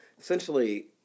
Essentially